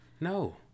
No